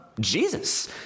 Jesus